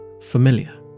familiar